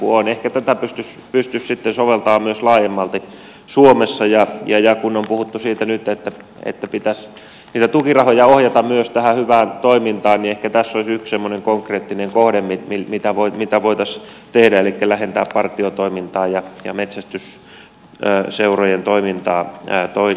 ehkä tätä pystyisi sitten soveltamaan myös laajemmalti suomessa ja kun on puhuttu siitä nyt että pitäisi niitä tukirahoja ohjata myös tähän hyvään toimintaan niin ehkä tässä olisi yksi semmoinen konkreettinen kohde missä sitä voitaisiin tehdä elikkä lähentää partiotoimintaa ja metsästysseurojen toimintaa toisiinsa